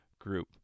group